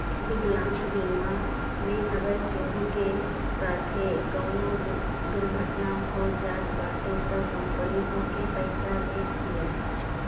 विकलांगता बीमा मे अगर केहू के साथे कवनो दुर्घटना हो जात बाटे तअ कंपनी ओके पईसा देत बिया